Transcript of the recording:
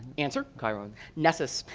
answer. chiron. nessus.